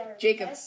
Jacob